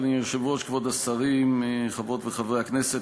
הרווחה והבריאות נתקבלה.